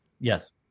Yes